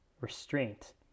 restraint